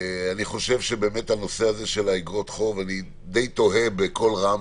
בנושא אגרות חוב אני תוהה בקול רם